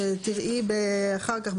שתראי אחר כך,